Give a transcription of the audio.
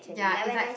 ya it's like